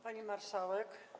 Pani Marszałek!